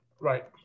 right